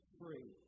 free